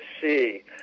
see